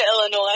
Illinois